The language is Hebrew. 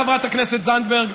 חברת הכנסת זנדברג,